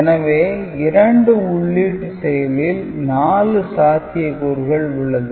எனவே இரண்டு உள்ளீட்டு செயலில் 4 சாத்தியக்கூறுகள் உள்ளது